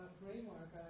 framework